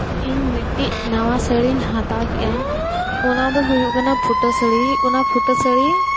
ᱤᱧ ᱢᱤᱫᱴᱤᱡᱽ ᱱᱟᱣᱟ ᱥᱟᱹᱲᱤᱧ ᱦᱟᱛᱟᱣ ᱠᱮᱫᱼᱟ ᱚᱱᱟ ᱫᱚ ᱦᱩᱭᱩᱜ ᱠᱟᱱᱟ ᱯᱷᱩᱴᱟᱹ ᱥᱟᱹᱲᱤ ᱚᱱᱟ ᱯᱷᱩᱴᱟᱹ ᱥᱟᱹᱲᱤ